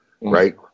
Right